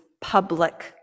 public